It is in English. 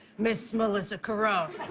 miss melissa carone.